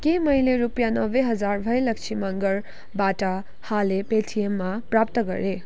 के मैले रुपियाँ नब्बे हजार भयलक्षी मँगरबाट हालै पेटिएममा प्राप्त गरेँ